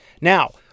Now